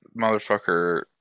motherfucker